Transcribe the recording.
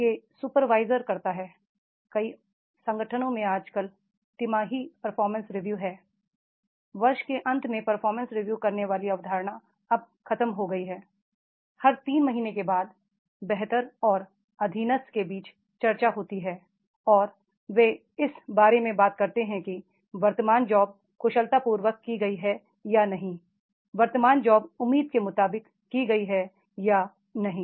वह सुपरवाइजर है कई संगठनों में आजकल तिमाही परफॉर्मेंस रिव्यू है वर्ष के अंत में परफॉर्मेंस रिव्यू करने वाली अवधारणा अब खत्म हो गई है हर 3 महीने के बाद बेहतर और अधीनस्थ के बीच चर्चा होती है और वे इस बारे में बात करते हैं कि वर्तमान जॉब कुशलतापूर्वक की गई है या नहीं वर्तमान जॉब उम्मीद के मुताबिक की गई है या नहीं